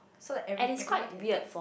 so like every everyone can take